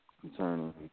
concerning